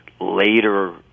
later